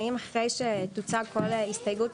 האם אחרי שתוצג כל הסתייגויות,